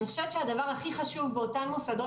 אני חושבת שהדבר הכי חשוב באותם מוסדות